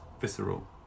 visceral